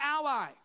ally